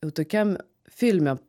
jau tokiam filme